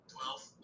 Twelve